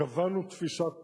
קבענו תפיסת פעולה,